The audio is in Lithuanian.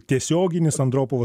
tiesioginis andropovo